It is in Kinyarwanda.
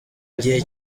igihe